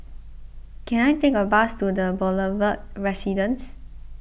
can I take a bus to the Boulevard Residence